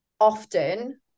often